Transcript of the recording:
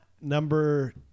Number